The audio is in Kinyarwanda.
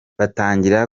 batangira